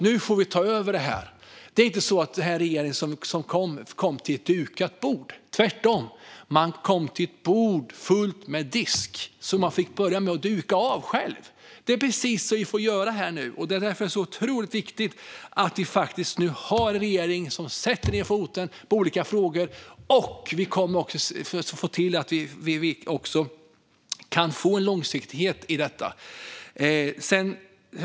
Nu får vi ta över det. Det är inte så att den här regeringen kom till ett dukat bord, tvärtom. Man kom till ett bord fullt av disk som man fick börja med att duka av själv. Det är precis det som vi får göra här nu. Därför är det otroligt viktigt att vi nu har en regering som sätter ned foten i olika frågor. Vi kommer också att se till att vi får en långsiktighet i detta.